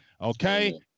Okay